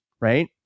right